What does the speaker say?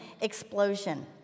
explosion